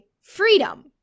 freedom